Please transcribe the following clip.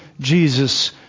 Jesus